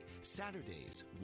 Saturdays